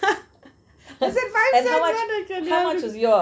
was it five cents what can I say